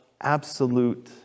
absolute